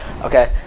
Okay